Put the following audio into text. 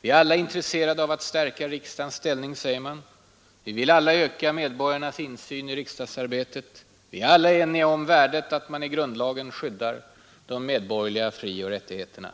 ”Vi är alla intresserade av att stärka riksdagens ställning.” ”Vi vill alla öka medborgarnas insyn i riksdagsarbetet.” ”Vi är alla eniga om värdet av att man i grundlagen skyddar de medborgerliga frioch rättigheterna.”